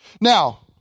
Now